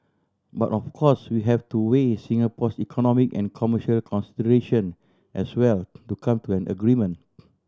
but of course we have to weigh Singapore's economic and commercial consideration as well to come to an agreement